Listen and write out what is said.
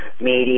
media